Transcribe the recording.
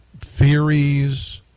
theories